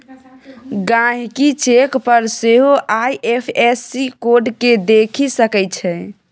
गहिंकी चेक पर सेहो आइ.एफ.एस.सी कोड केँ देखि सकै छै